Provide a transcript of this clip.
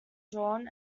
john